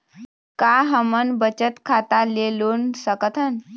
का हमन बचत खाता ले लोन सकथन?